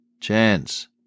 chance